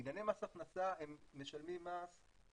לענייני מס הכנסה הם משלמים מס או